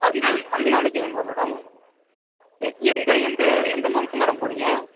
அஞ்சு அஞ்சு நாளைக்கு வேணுமா மேடம் எந்த எந்த எந்த மந்த் மேடம் போகறிங்க